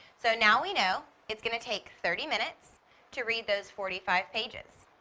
so now we know it's going to take thirty minutes to read those forty-five pages.